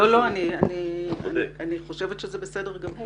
לא, לא, אני חושבת שזה בסדר גמור.